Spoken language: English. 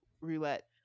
roulette